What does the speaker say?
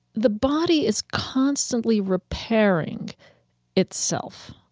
the body is constantly repairing itself.